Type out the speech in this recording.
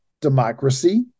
democracy